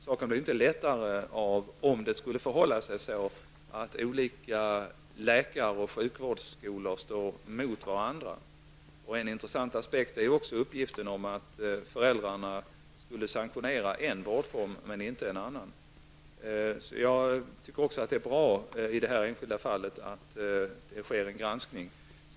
Saken blir inte lättare av -- om det förhåller sig så -- att olika läkare och sjukvårdsskolor står mot varandra. En intressant aspekt är också omständigheten att föräldrarna skulle sanktionera en vårdform men inte en annan. Jag tycker att det är bra att det i det här enskilda fallet sker en granskning.